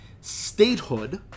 statehood